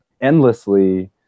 endlessly